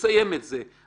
לסיים את זה.